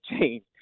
change